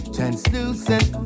Translucent